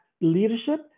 leadership